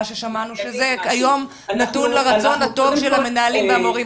מה ששמענו שזה כיום נתון לרצון הטוב של המנהלים והמורים.